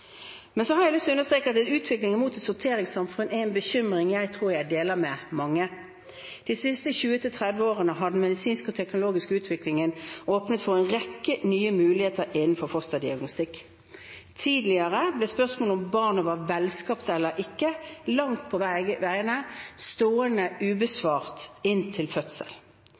Men så har jeg lyst til å understreke at en utvikling mot et sorteringssamfunn er en bekymring jeg tror jeg deler med mange. De siste 20–30 årene har den medisinske og teknologiske utviklingen åpnet for en rekke nye muligheter innenfor fosterdiagnostikk. Tidligere ble spørsmålet om barnet var velskapt eller ikke, langt på vei stående ubesvart inntil